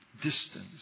distance